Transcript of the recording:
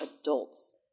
adults